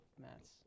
mats